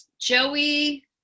joey